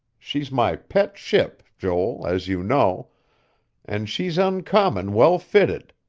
she's my pet ship, joel, as you know and she's uncommon well fitted.